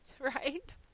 right